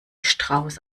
strauß